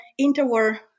interwar